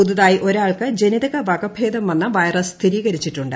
പുതുതായി ഒരാൾക്ക് ജനിതക വകഭേദം വന്ന വൈറസ് സ്ഥിരീകരിച്ചിട്ടുണ്ട്